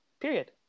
Period